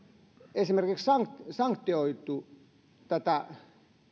esimerkiksi sanktioitu tätä